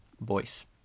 voice